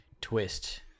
twist